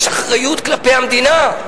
יש אחריות כלפי המדינה,